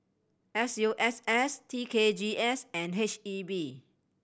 S U S S T K G S and H E B